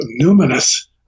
numinous